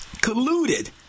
colluded